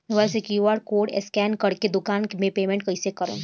Mobile से QR code scan कर के दुकान मे पेमेंट कईसे करेम?